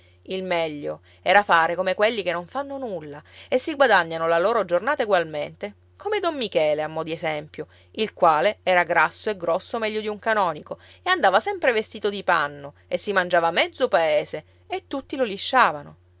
il meglio era fare come quelli che non fanno nulla e si guadagnano la loro giornata egualmente come don michele a mo d'esempio il quale era grasso e grosso meglio di un canonico e andava sempre vestito di panno e si mangiava mezzo paese e tutti lo lisciavano